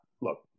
look